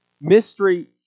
mystery